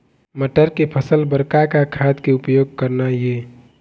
मटर के फसल बर का का खाद के उपयोग करना ये?